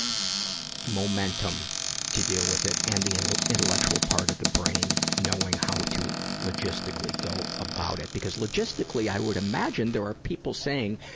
momentum to deal with it, and the and intellectual part of the brain knowing how to logistically go about it? because logistically, i would imagine, there are people saying,